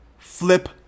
Flip